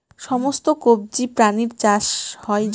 সমস্ত কবজি প্রাণীর চাষ হয় জলে